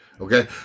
Okay